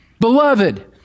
Beloved